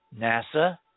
NASA